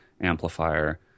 amplifier